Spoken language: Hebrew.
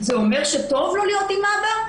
זה אומר שטוב לו להיות עם אבא?